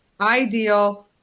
ideal